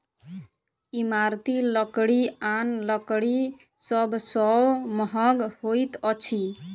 इमारती लकड़ी आन लकड़ी सभ सॅ महग होइत अछि